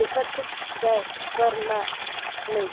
देखथे जाये कर ल नइ